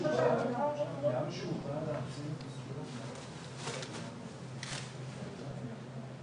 בואו נייצר ודאות, תקבע העירייה,